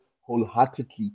wholeheartedly